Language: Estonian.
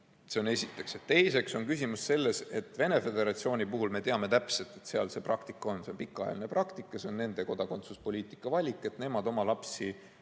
Seda esiteks. Teiseks on küsimus selles, et Venemaa Föderatsiooni puhul me teame täpselt, et seal selline praktika on. See on pikaajaline praktika, see on nende kodakondsuspoliitika valik, et nemad oma lapsi